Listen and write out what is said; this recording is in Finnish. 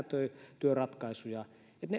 etätyöratkaisuja